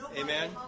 Amen